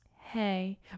hey